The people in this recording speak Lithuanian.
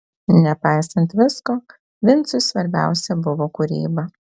nepaisant visko vincui svarbiausia buvo kūryba